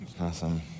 Awesome